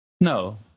no